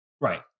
Right